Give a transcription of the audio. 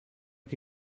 che